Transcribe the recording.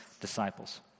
disciples